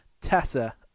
tessa